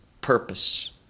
purpose